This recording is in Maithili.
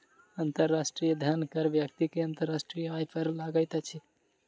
अंतर्राष्ट्रीय धन कर व्यक्ति के अंतर्राष्ट्रीय आय पर लगैत अछि